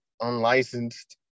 unlicensed